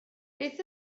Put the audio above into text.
beth